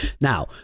Now